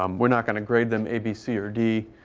um we're not gonna grade them a, b, c, or d,